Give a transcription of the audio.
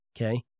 Okay